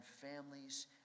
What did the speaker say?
families